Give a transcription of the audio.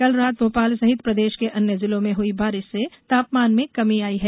कल रात भोपाल सहित प्रदेश के अन्य जिलों में हुई बारिश से तापमान में कमी हैं